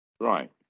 Right